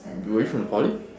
were you from poly